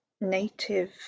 native